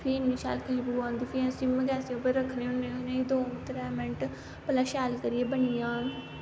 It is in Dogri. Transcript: फ्ही इन्नी शैल खश्बू आंदी फ्ही सिम गैस्सै उप्पर रक्खने होन्ने उसी दो त्रै मैन्ट भला शैल करियै बनी जा